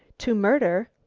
to murder?